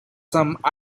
some